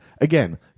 again